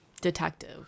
Detective